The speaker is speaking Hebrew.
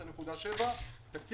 שהתקציב היה 2.3 מיליון שקל.